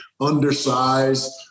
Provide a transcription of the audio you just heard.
undersized